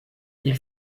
ils